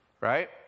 right